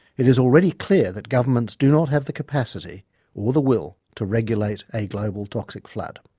it is already clear that governments do not have the capacity or the will to regulate a global toxic flood.